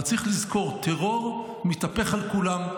אבל צריך לזכור, טרור מתהפך על כולם.